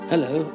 Hello